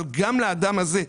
אבל גם לאדם הזה,